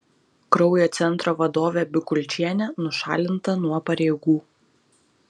kraujo centro vadovė bikulčienė nušalinta nuo pareigų